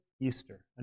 Easter